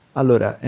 allora